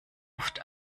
oft